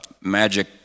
magic